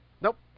Nope